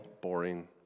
boring